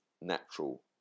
natural